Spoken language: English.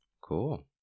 Cool